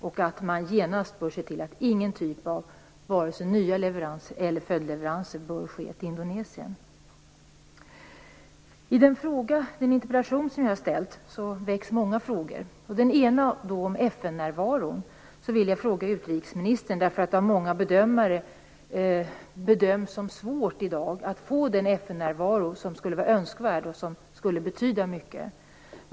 Man bör genast se till att ingen typ av nya leveranser eller följdleveranser bör ske till Indonesien. I den interpellation som jag har ställt väcks många frågor. En fråga gäller FN-närvaron. Många bedömer det som svårt i dag att få den FN-närvaro som skulle vara önskvärd och som skulle betyda mycket.